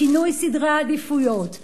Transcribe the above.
שינוי סדרי העדיפויות,